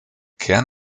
kern